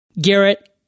Garrett